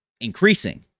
increasing